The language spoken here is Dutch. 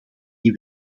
die